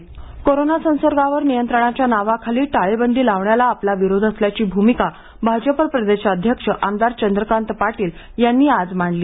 चंद्रकांतदादा corona संसर्गावर नियंत्रणाच्या नावाखाली टाळेबंदी लावण्याला आपला विरोध असल्याची भूमिका भाजपा प्रदेशाध्यक्ष आमदार चंद्रकांत पाटील यांनी आज मांडली